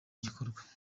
gikorwa